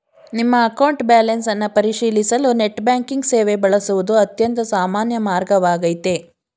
ನಿಮ್ಮ account balance ಅನ್ನ ಪರಿಶೀಲಿಸಲು ನೆಟ್ ಬ್ಯಾಂಕಿಂಗ್ ಸೇವೆ ಬಳಸುವುದು ಅತ್ಯಂತ ಸಾಮಾನ್ಯ ಮಾರ್ಗವಾಗೈತೆ